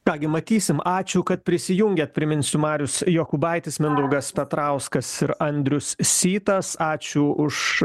ką gi matysim ačiū kad prisijungėt priminsiu marius jokūbaitis mindaugas petrauskas ir andrius sytas ačiū už